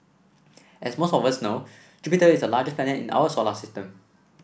as most of us know Jupiter is the largest planet in our solar system